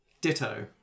Ditto